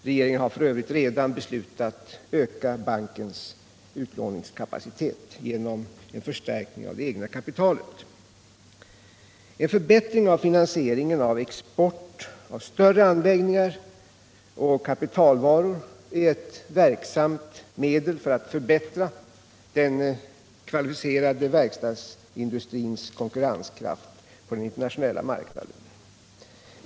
Regeringen har för övrigt redan beslutat öka bankens utlåningskapacitet genom en förstärkning av det egna kapitalet. En förbättring av finansieringen av export av större anläggningar och kapitalvaror är ett verksamt medel för att förbättra den kvalificerade verkstadsindustrins konkurrenskraft på den internationella marknaden.